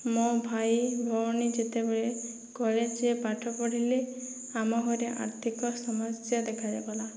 ମୋ ଭାଇ ଭଉଣୀ ଯେତେବେଳେ କଲେଜରେ ପାଠପଢ଼ିଲେ ଆମ ଘରେ ଆର୍ଥିକ ସମସ୍ୟା ଦେଖାଗଲା